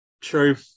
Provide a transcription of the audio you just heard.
True